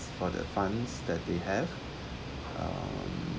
for the funds that we have um